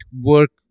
work